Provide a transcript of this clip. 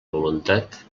voluntat